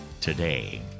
today